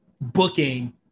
booking